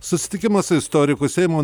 susitikimas su istoriku seimo